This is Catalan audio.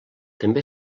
també